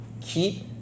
keep